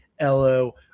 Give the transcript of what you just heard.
lo